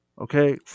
okay